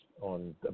on